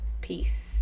peace